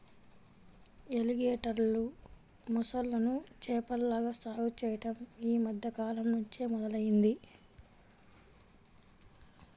ఎలిగేటర్లు, మొసళ్ళను చేపల్లాగా సాగు చెయ్యడం యీ మద్దె కాలంనుంచే మొదలయ్యింది